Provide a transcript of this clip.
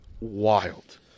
wild